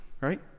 right